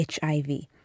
HIV